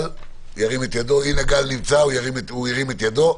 הינה, גל נמצא, הוא הרים את ידו,